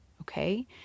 okay